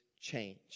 change